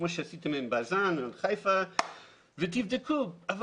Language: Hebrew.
כמו שעשיתם עם בז"ן בחיפה ותבדקו אבל